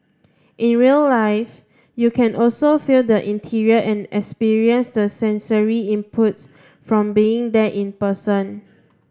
in real life you can also feel the interior and experience the sensory inputs from being there in person